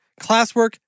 classwork